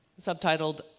subtitled